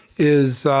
is